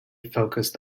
focused